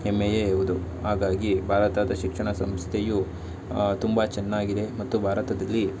ಹೆಮ್ಮೆಯೇ ಹೌದು ಹಾಗಾಗಿ ಭಾರತದ ಶಿಕ್ಷಣ ಸಂಸ್ಥೆಯು ತುಂಬ ಚೆನ್ನಾಗಿದೆ ಮತ್ತು ಭಾರತದಲ್ಲಿ